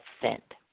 sent